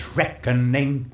reckoning